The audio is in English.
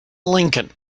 lincoln